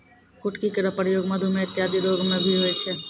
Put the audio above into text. कुटकी केरो प्रयोग मधुमेह इत्यादि रोग म भी होय छै